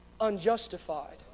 unjustified